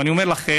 ואני אומר לכם,